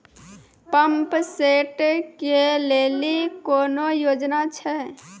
Pump set केलेली कोनो योजना छ?